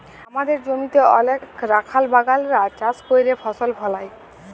আমাদের জমিতে অলেক রাখাল বাগালরা চাষ ক্যইরে ফসল ফলায়